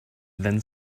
then